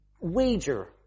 wager